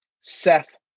Seth